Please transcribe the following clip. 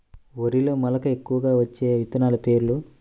వరిలో మెలక ఎక్కువగా వచ్చే విత్తనాలు పేర్లు?